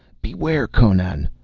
beware, conan!